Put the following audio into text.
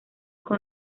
con